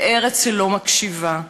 וארץ שלא מקשיבה.